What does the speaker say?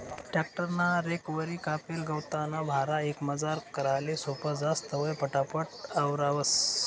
tractor ना रेकवरी कापेल गवतना भारा एकमजार कराले सोपं जास, तवंय पटापट आवरावंस